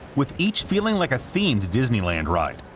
with each feeling like a themed disneyland ride.